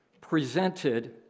presented